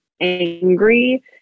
angry